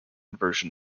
version